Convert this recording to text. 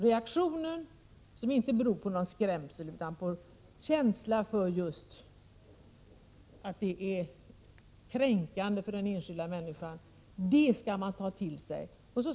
Reaktionen, som inte beror på någon skrämsel utan på en känsla för att detta är just kränkande för den enskilda människan, skall vi ta till oss.